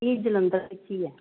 ਇਹ ਜਲੰਧਰ ਵਿੱਚ ਹੀ ਆ